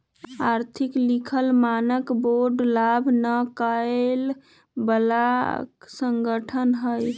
आर्थिक लिखल मानक बोर्ड लाभ न कमाय बला संगठन हइ